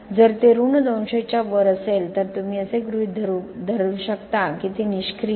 जर ते उणे 200 च्या वर असेल तर तुम्ही असे गृहीत धरू की ते निष्क्रिय आहे